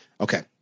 okay